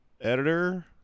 editor